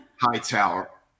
Hightower